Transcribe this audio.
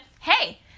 hey